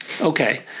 Okay